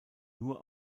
nur